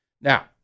Now